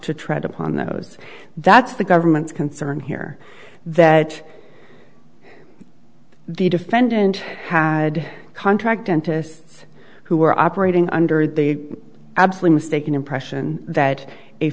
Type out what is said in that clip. to tread upon those that's the government's concern here that the defendant had contact dentists who were operating under the absolute mistaken impression that a